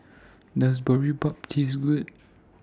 Does Boribap Taste Good